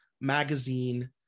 magazine